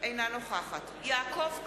אינה נוכחת יעקב כץ,